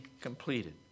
completed